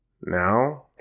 Now